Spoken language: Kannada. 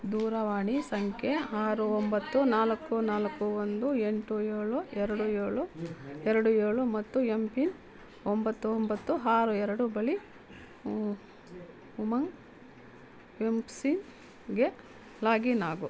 ದೂರವಾಣಿ ಸಂಖ್ಯೆ ಆರು ಒಂಬತ್ತು ನಾಲ್ಕು ನಾಲ್ಕು ಒಂದು ಎಂಟು ಏಳು ಎರಡು ಏಳು ಎರಡು ಏಳು ಮತ್ತು ಎಮ್ ಪಿನ್ ಒಂಬತ್ತು ಒಂಬತ್ತು ಆರು ಎರಡು ಬಳಿ ಉಮಂಗ್ ಎಮ್ ಸಿನ್ಗೆ ಲಾಗಿನ್ ಆಗು